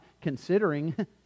considering